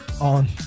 on